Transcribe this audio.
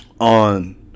on